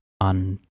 on